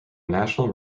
national